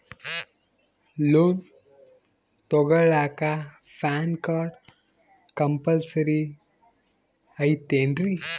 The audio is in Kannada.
ಲೋನ್ ತೊಗೊಳ್ಳಾಕ ಪ್ಯಾನ್ ಕಾರ್ಡ್ ಕಂಪಲ್ಸರಿ ಐಯ್ತೇನ್ರಿ?